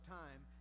time